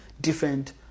different